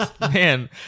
Man